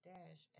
Dash